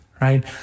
right